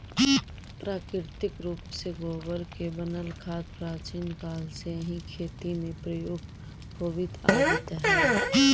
प्राकृतिक रूप से गोबर से बनल खाद प्राचीन काल से ही खेती में प्रयुक्त होवित आवित हई